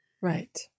right